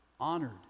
honored